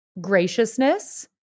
Graciousness